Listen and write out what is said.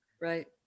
right